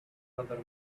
another